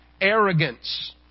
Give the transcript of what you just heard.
arrogance